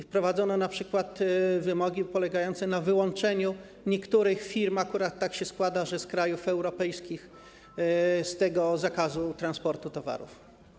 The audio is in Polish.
Wprowadzono np. wymogi polegające na wyłączeniu niektórych firm - akurat tak się składa, że z krajów europejskich - z zakazu transportu towarów.